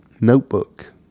notebook